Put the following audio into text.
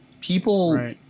People